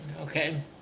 okay